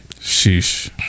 Sheesh